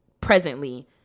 presently